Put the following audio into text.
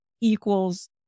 equals